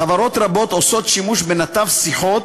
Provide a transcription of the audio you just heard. חברות רבות עושות שימוש בנתב שיחות